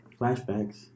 Flashbacks